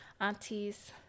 aunties